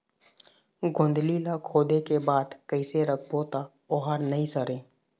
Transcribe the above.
गोंदली ला खोदे के बाद कइसे राखबो त ओहर नई सरे?